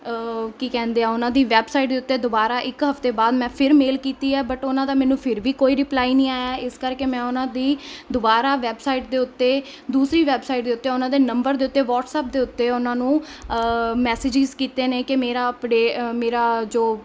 ਕੀ ਕਹਿੰਦੇ ਆ ਉਹਨਾਂ ਦੀ ਵੈਬਸਾਈਟ ਦੇ ਉੱਤੇ ਦੁਬਾਰਾ ਇੱਕ ਹਫਤੇ ਬਾਅਦ ਮੈਂ ਫਿਰ ਮੇਲ ਕੀਤੀ ਹੈ ਬਟ ਉਹਨਾਂ ਦਾ ਮੈਨੂੰ ਫਿਰ ਵੀ ਕੋਈ ਰਿਪਲਾਈ ਨਹੀਂ ਆਇਆ ਇਸ ਕਰਕੇ ਮੈਂ ਉਹਨਾਂ ਦੀ ਦੁਬਾਰਾ ਵੈਬਸਾਈਟ ਦੇ ਉੱਤੇ ਦੂਸਰੀ ਵੈਬਸਾਈਟ ਦੇ ਉੱਤੇ ਉਹਨਾਂ ਦੇ ਨੰਬਰ ਦੇ ਉੱਤੇ ਵਟਸਅਪ ਦੇ ਉੱਤੇ ਉਹਨਾਂ ਨੂੰ ਮੈਸੇਜਿਸ ਕੀਤੇ ਨੇ ਕਿ ਮੇਰਾ ਅਪਡੇਟ ਮੇਰਾ ਜੋ